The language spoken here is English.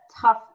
tough